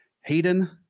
Hayden